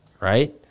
right